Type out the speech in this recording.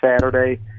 Saturday